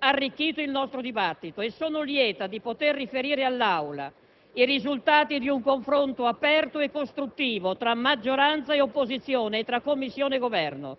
arricchito il nostro dibattito. Sono lieta di poter riferire all'Aula i risultati di un confronto aperto e costruttivo tra maggioranza e opposizione e tra Commissione e Governo,